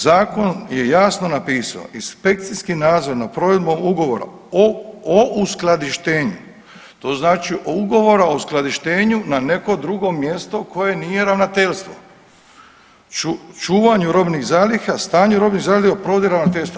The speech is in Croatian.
Zakon je jasno napisao inspekciji nadzor nad provedbom ugovora o uskladištenju, to znači ugovora o uskladištenju na neko drugo mjesto koje nije ravnateljstvo, čuvanju robnih zaliha, stanju robnih zaliha provodi ravnateljstvo.